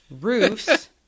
roofs